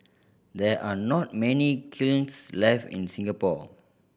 there are not many kilns left in Singapore